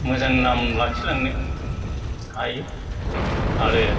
मोजां नाम लाखिलांनो हायो आरो